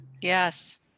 Yes